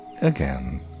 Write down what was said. Again